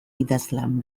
idazlan